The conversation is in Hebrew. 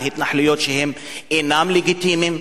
על התנחלויות שאינן לגיטימיות,